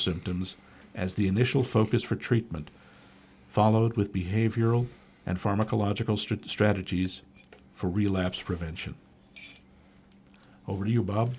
symptoms as the initial focus for treatment followed with behavioral and pharmacological street strategies for relapse prevention over you bob